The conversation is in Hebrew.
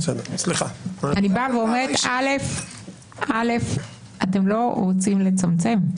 אני אומרת שאתם לא רוצים לצמצם.